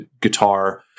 guitar